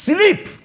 Sleep